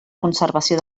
conservació